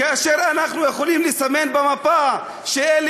כאשר אנחנו יכולים לסמן במפה שאלה